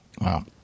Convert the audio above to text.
Wow